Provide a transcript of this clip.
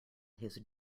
his